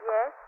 Yes